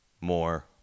more